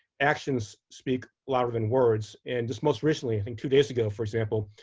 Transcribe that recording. actions speak louder than words. and just most recently i think two days ago, for example,